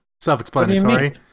self-explanatory